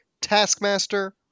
Taskmaster